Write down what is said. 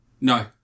No